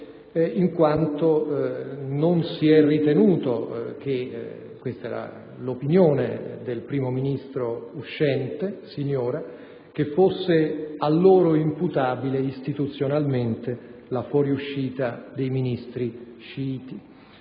Siniora, non ritenendo - questa era l'opinione del primo ministro uscente Siniora - che fosse a loro imputabile istituzionalmente la fuoriuscita dei Ministri sciiti.